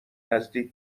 نزدیک